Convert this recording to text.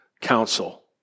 council